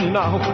now